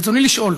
רצוני לשאול: